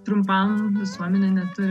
trumpam visuomenė neturi